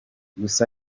gusa